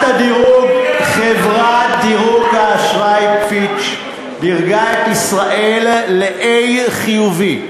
חברת דירוג האשראי "פיץ'" דירגה את ישראל ל-A חיובי.